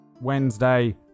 Wednesday